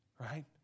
right